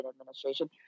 administration